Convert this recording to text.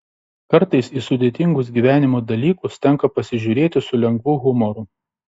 kartais į sudėtingus gyvenimo dalykus tenka pasižiūrėti su lengvu humoru